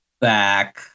back